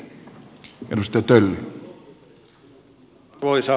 arvoisa puhemies